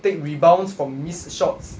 take rebounds from missed shots